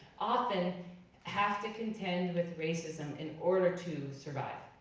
often have to contend with racism in order to survive.